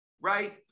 right